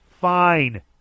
fine